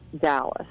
Dallas